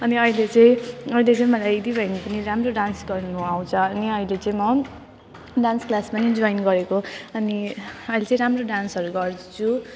अनि अहिले चाहिँ अहिले चाहिँ मलाई चाहिँ मा पनि राम्रो डान्स गर्नु आउँछ अनि अहिले चाहिँ म डान्स क्लास पनि जोइन गरेको अनि अहिले चाहिँ राम्रो डान्सहरू गर्छु